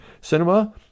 Cinema